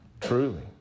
truly